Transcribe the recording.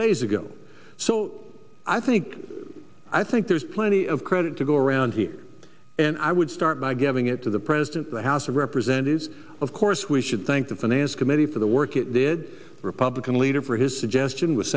days ago so i think i think there's plenty of credit to go around here and i would start by giving it to the president the house of representatives of course we should thank the finance committee for the work it did republican leader for his suggestion w